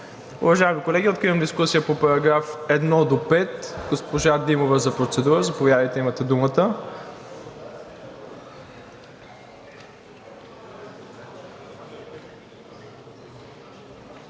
Уважаеми колеги, откривам дискусия по § 1 до § 5. Госпожа Димова за процедура – заповядайте, имате думата.